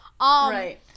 Right